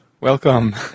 Welcome